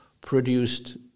produced